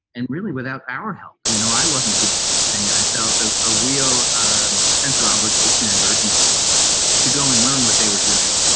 and really, without our help, you know, i wasn't doing anything and i felt a ah real ah sense of obligation and urgency to go and learn what they were doing,